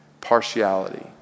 partiality